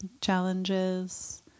challenges